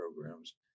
programs